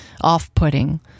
off-putting